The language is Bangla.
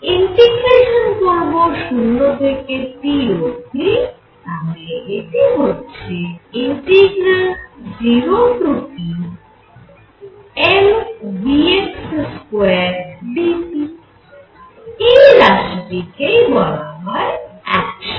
ইন্টিগ্রেশান করব 0 থেকে T অবধি তাহলে এটি হচ্ছে 0T mvx2dtএই রাশিটি কেই বলা হয় অ্যাকশান